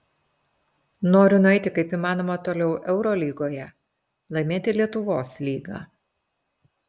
noriu nueiti kaip įmanoma toliau eurolygoje laimėti lietuvos lygą